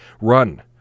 Run